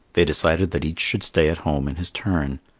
they decided that each should stay at home in his turn.